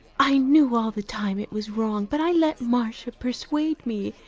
i knew all the time it was wrong, but i let marcia persuade me.